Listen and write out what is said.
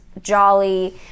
jolly